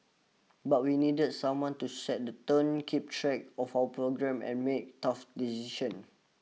but we needed someone to set the tone keep track of our program and make tough decisions